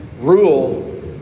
rule